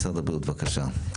משרד הבריאות, בבקשה.